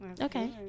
Okay